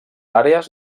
àrees